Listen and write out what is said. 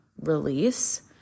release